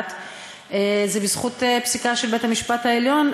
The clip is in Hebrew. זה בזכות פסיקה של בית-המשפט העליון,